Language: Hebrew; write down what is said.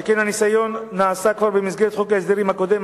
שכן ניסיון כזה נעשה כבר במסגרת חוק ההסדרים הקודם,